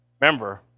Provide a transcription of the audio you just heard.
Remember